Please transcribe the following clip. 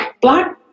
black